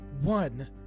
one